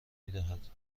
میدهد